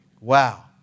Wow